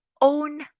own